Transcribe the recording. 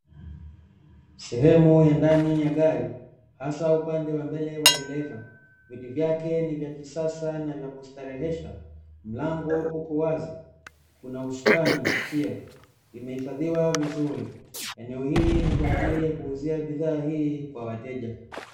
Sehemu ya ndani ya gari hasa upande wa mbele wa dereva viti vyake ni vya kisasa na vya kustarehesha, mlango uko wazi, kuna usukani pia, imehifadhiwa vizuri, eneo hili ni kwa ajili ya kuuzia bidhaa hii kwa wateja .